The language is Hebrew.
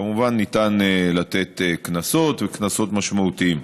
כמובן, ניתן לתת קנסות, וקנסות משמעותיים,